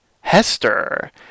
Hester